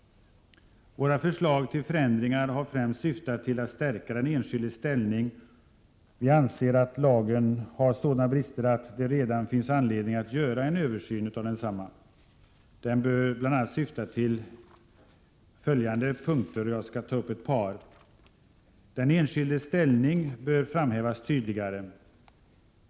Våra förslag till förändringar har främst syftat till att stärka den enskildes ställning. Vi anser att lagen har sådana brister att det redan nu finns anledning att göra en översyn, som bl.a. bör syfta till följande förändringar: Den enskildes ställning bör framhävas tydligare.